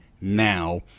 now